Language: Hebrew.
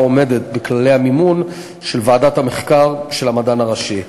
עומדת בכללי המימון של ועדת המחקר של המדען הראשי.